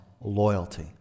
loyalty